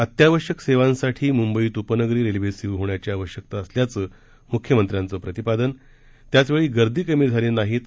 अत्यावश्यक सेवासाठी मुंबईत उपनगरीय रेल्वे सुरू होण्याची आवश्यकता असल्याचं मुख्यमंत्र्याचं प्रतिपादन त्याचवेळी गर्दी कमी झाली नाही तर